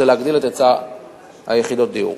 זה להגדיל את היצע יחידות הדיור.